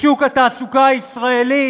בשוק התעסוקה הישראלי